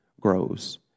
grows